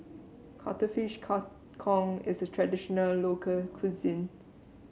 Cuttlefish Kang Kong is a traditional local cuisine